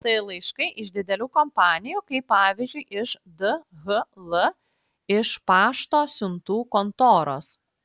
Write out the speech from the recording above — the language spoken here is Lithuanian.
tai laiškai iš didelių kompanijų kaip pavyzdžiui iš dhl iš pašto siuntų kontoros